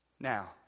Now